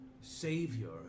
Savior